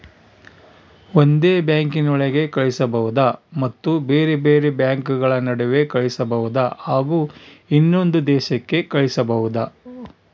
ಒಂದೇ ಬ್ಯಾಂಕಿನೊಳಗೆ ಕಳಿಸಬಹುದಾ ಮತ್ತು ಬೇರೆ ಬೇರೆ ಬ್ಯಾಂಕುಗಳ ನಡುವೆ ಕಳಿಸಬಹುದಾ ಹಾಗೂ ಇನ್ನೊಂದು ದೇಶಕ್ಕೆ ಕಳಿಸಬಹುದಾ?